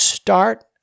Start